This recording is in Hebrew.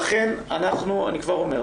לכן אני כבר אומר,